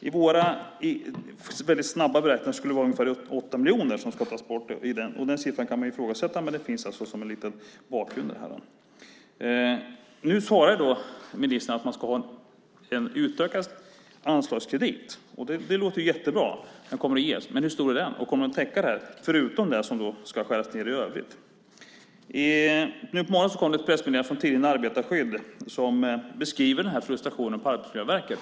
Enligt våra snabba beräkningar skulle ungefär 8 miljoner tas bort. Den siffran kan man ifrågasätta, men den finns som en bakgrund till detta. Nu svarar ministern att man ska ha en utökad anslagskredit, och det låter jättebra. Men hur stor är den? Kommer den att täcka detta förutom det som ska skäras ned i övrigt? Nu på morgonen kom det ett pressmeddelande från tidningen Arbetarskydd som beskriver den här frustrationen på Arbetsmiljöverket.